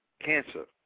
cancer